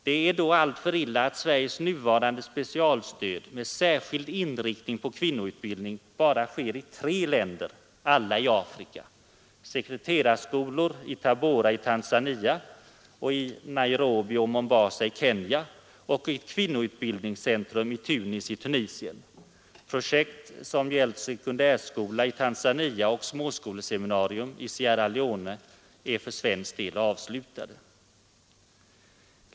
Det är då illa att Sveriges nuvarande specialstöd med särskild inriktning på kvinnoutbildning bara avser tre länder, alla i Afrika: sekreterarskolor i Tabora i Tanzania samt i Nairobi och Mombasa i Kenya och ett kvinnoutbildningscentrum i Tunis i Tunisien. Projekt gällande sekundärskola i Tanzania och småskoleseminarium i Sierra Leone är för svensk del avslutade.